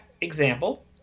example